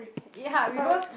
ya because